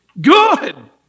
good